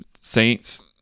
Saints